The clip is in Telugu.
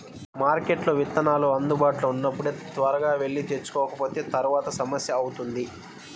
మార్కెట్లో విత్తనాలు అందుబాటులో ఉన్నప్పుడే త్వరగా వెళ్లి తెచ్చుకోకపోతే తర్వాత సమస్య అవుతుంది